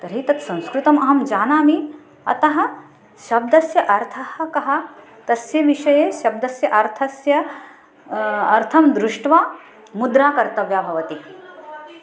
तर्हि तत् संस्कृतम् अहं जानामि अतः शब्दस्य अर्थः कः तस्य विषये शब्दस्य अर्थस्य अर्थं दृष्ट्वा मुद्रा कर्तव्या भवति